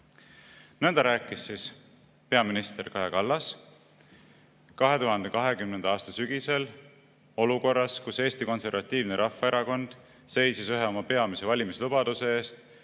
Nõnda rääkis siis peaminister Kaja Kallas 2020. aasta sügisel olukorras, kus Eesti Konservatiivne Rahvaerakond seisis ühe oma peamise valimislubaduse eest,